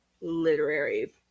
literary